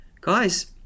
guys